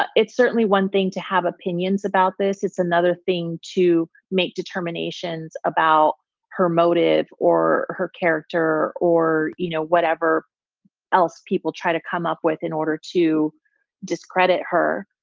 but it's certainly one thing to have opinions about this. it's another thing to make determinations about her motive or her character or you know whatever else people try to come up with in order to discredit her.